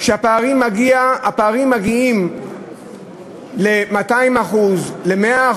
הפערים מגיעים ל-100%, ל-200%.